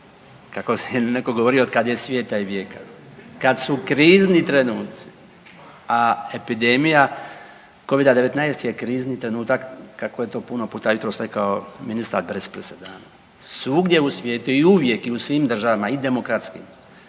kako je netko govorio od kako je svijeta i vijeka, kad su krizni trenuci, a epidemija covida-19 je krizni trenutak kako je to puno puta jutros rekao ministar bez presedana svugdje u svijetu i uvijek u svim državama i demokratskim